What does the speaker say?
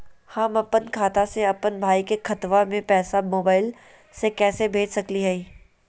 हम अपन खाता से अपन भाई के खतवा में पैसा मोबाईल से कैसे भेज सकली हई?